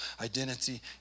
identity